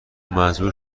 مجبور